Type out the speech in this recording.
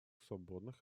свободных